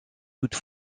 toute